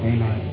Amen